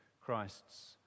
Christ's